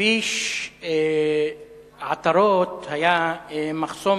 בכביש עטרות היה מחסום,